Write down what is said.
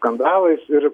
skandalais ir